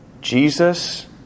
Jesus